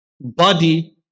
body